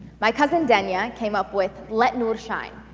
my cousin danya came up with let noor shine.